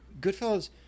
Goodfellas